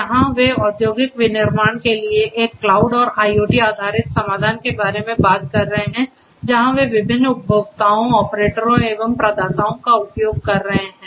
यहां वे औद्योगिक विनिर्माण के लिए एक क्लाउड और IoT आधारित समाधान के बारे में बात कर रहे हैं जहां वे विभिन्न उपभोक्ताओंऑपरेटरों एवं प्रदाताओं का उपयोग कर रहे हैं